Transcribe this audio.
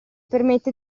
permette